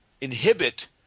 inhibit